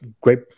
great